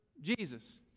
Jesus